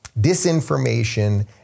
disinformation